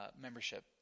membership